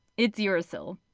it's yeah uracil!